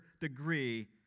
degree